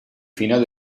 final